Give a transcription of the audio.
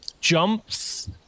jumps